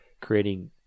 creating